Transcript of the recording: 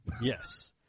Yes